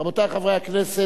רבותי חברי הכנסת,